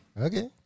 Okay